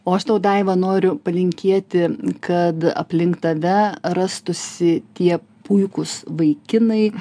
o aš tau daiva noriu palinkėti kad aplink tave rastųsi tie puikūs vaikinai